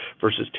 versus